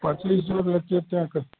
पचीस जोड़ लैतियै तऽ अहाँके